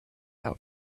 out